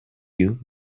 you